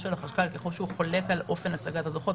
של החשב הכללי ככל שהוא חולק על אופן הצגת הדוחות,